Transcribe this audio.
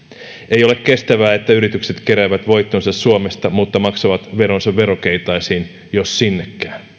ei ole kestävää että yritykset keräävät voittonsa suomesta mutta maksavat veronsa verokeitaisiin jos sinnekään